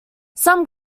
some